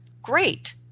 Great